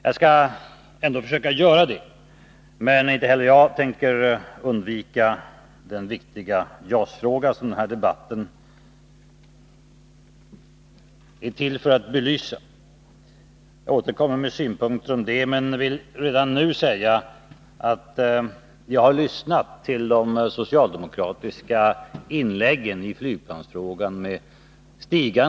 Jag skall ändå försöka göra det, men inte heller jag tänker undvika den viktiga JAS-frågan, som den här debatten är till för att belysa. Jag återkommer med synpunkter på den, men jag vill redan nu säga att jag med stigande förvåning lyssnat till de socialdemokratiska inläggen i flygplansfrågan.